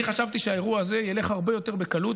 אני חשבתי שהאירוע הזה ילך הרבה יותר בקלות.